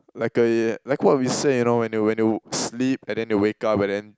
like eh like what we say you know when you when you sleep and then you wake up and then